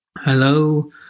Hello